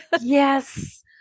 Yes